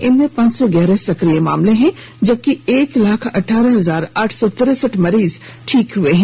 इनमें पांच सौ ग्यारह सक्रिय केस हैं जबकि एक लाख अठारह हजार आठ सौ तिरसठ मरीज ठीक हुए हैं